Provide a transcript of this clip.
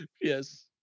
Yes